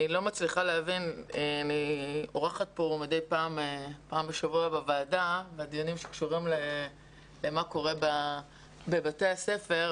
אני אורחת פעם בשבוע בוועדה בדיונים שקשורים למה קורה בבתי הספר,